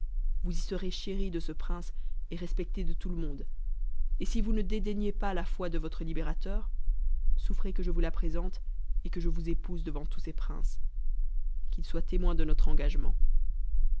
vous y serez chérie de ce prince et respectée de tout le monde et si vous ne dédaignez pas la foi de votre libérateur souffrez que je vous la présente et que je vous épouse devant tous ces princes qu'ils soient témoins de notre engagement